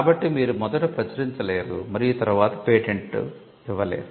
కాబట్టి మీరు మొదట ప్రచురించలేరు మరియు తరువాత పేటెంట్ ఇవ్వలేరు